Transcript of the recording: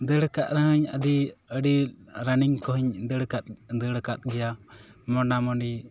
ᱫᱟᱹᱲ ᱠᱟᱜ ᱨᱮᱦᱚᱸᱧ ᱟᱹᱰᱤ ᱨᱟᱱᱤᱝ ᱠᱚᱦᱚᱸᱧ ᱫᱟᱹᱲ ᱠᱟᱫ ᱫᱟᱹᱲ ᱠᱟᱫ ᱜᱮᱭᱟ ᱢᱚᱱᱟᱢᱚᱱᱤ